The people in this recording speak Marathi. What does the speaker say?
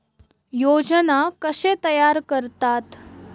योजना कशे तयार करतात?